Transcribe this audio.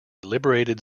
liberated